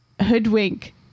hoodwink